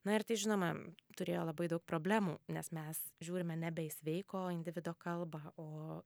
na ir tai žinoma turėjo labai daug problemų nes mes žiūrime nebe į sveiko individo kalba o